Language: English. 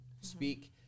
Speak